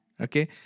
Okay